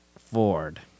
Ford